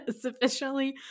sufficiently